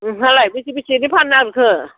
नोंहालाय बेसे बेसेनि फाननो नागिरखो